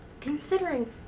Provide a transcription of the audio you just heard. considering